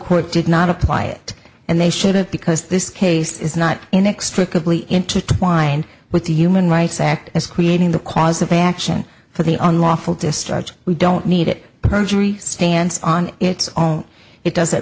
court did not apply it and they should have because this case is not inextricably intertwined with the human rights act as creating the cause of action for the on lawful discharge we don't need it perjury stands on its own it does